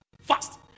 Fast